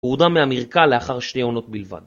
הורדה מהמרקע לאחר שתי עונות בלבד.